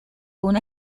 una